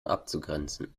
abzugrenzen